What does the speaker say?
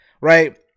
right